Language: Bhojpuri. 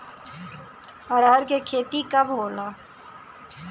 अरहर के खेती कब होला?